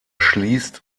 schließt